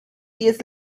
jest